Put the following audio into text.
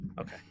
Okay